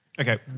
Okay